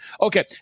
Okay